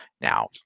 now